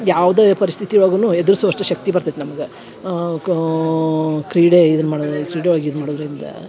ಯಾವುದೇ ಪರಿಸ್ಥಿತಿ ಒಳ್ಗುನು ಎದರ್ಸೊವಷ್ಟು ಶಕ್ತಿ ಬರ್ತಿತ್ತು ನಮ್ಗ ಕಾ ಕ್ರೀಡೆ ಇದುನ್ನ ಮಾಡೋದು ಕ್ರೀಡೆ ಒಳಗೆ ಇದು ಮಾಡೋದರಿಂದ